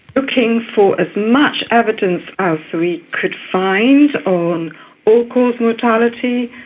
looking for as much evidence as we could find on all-cause mortality,